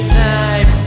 time